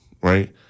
right